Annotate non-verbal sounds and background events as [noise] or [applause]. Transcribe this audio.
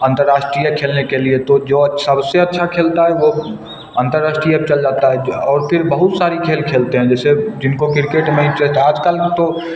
अंतर्राष्ट्रीय खेलने के लिए तो जो अच्छा सबसे अच्छा खेलता है वह अंतर्राष्ट्रीय पर चल जाता है जो और फिर बहुत सारे खेल खेलते हैं जैसे जिनको किरकेट नहीं [unintelligible] आज कल तो